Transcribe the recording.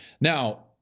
Now